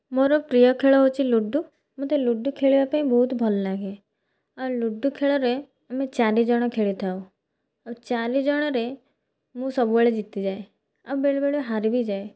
ମୋର ପ୍ରିୟ ଖେଳ ହେଉଛି ଲୁଡ଼ୁ ମୋତେ ଲୁଡ଼ୁ ଖେଳିବା ପାଇଁ ବହୁତ ଭଲ ଲାଗେ ଆଉ ଲୁଡ଼ୁ ଖେଳରେ ଆମେ ଚାରିଜଣ ଖେଳିଥାଉ ଆଉ ଚାରିଜଣରେ ମୁଁ ସବୁବେଳେ ଜିତିଯାଏ ଆଉ ବେଳେ ବେଳେ ହାରି ବି ଯାଏ